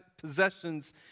possessions